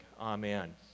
amen